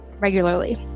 regularly